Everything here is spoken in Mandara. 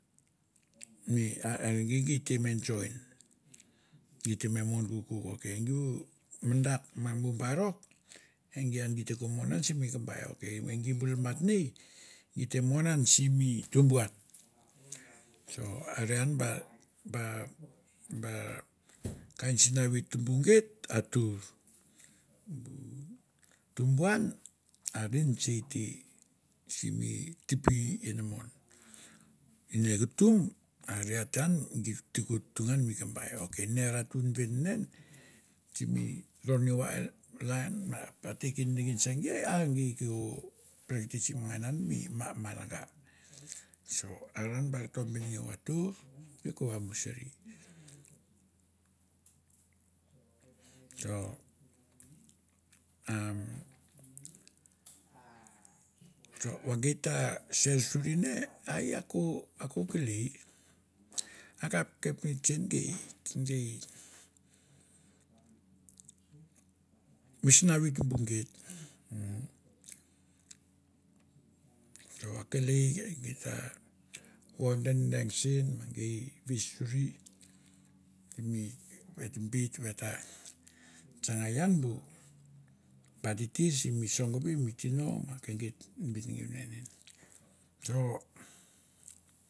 Are gi, gi te me join, geit te me mon kokouk, ok bu madak ma bu barok, e gi ian gi te ko mon an simi kambai ok eg. bu namatanei geit te mon an simi tumbuan are an ba ba ba kain sinavei tumbu geit a tour. Tumbuan are nesei te simi tipi inamon. I ne kutum arete ian geit te ko tutu ngan mi kambaio, ok ne ratun ven ne simi ro new ireland ma ate ken neken se geit, gei ko practicism ngan mi malanga. So are an ba komino a tour gi ko vamusuri. So umm so va geit ta ser suri ne, a e i a ko kolei a kap ka kapnets sen, gei mi snavi bu tumbu geit umm so akelei geit ta vor deng deng sen ma gei ves suri mi vet bet ata tsanga ian bu ba titir simi songovi mi tino ma ke geit benengeu enen in.